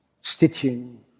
stitching